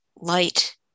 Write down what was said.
light